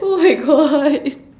oh my God